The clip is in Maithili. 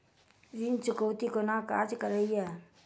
ऋण चुकौती कोना काज करे ये?